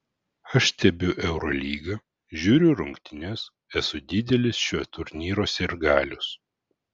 aš stebiu eurolygą žiūriu rungtynes esu didelis šio turnyro sirgalius